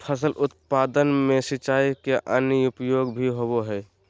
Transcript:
फसल उत्पादन में सिंचाई के अन्य उपयोग भी होबय हइ